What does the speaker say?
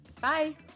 Bye